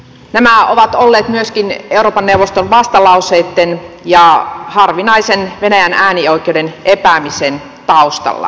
nämä ovat olleet myöskin euroopan neuvoston vastalauseitten ja harvinaisen venäjän äänioikeuden epäämisen taustalla